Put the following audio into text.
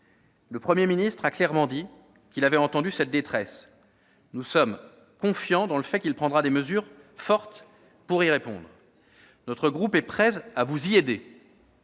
Le Premier ministre a clairement dit qu'il avait entendu cette détresse. Nous sommes confiants dans le fait qu'il prendra des mesures fortes pour y répondre. Notre groupe est prêt à vous y aider.